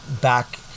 back